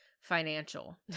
financial